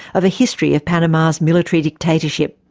of a history of panama's military dictatorship.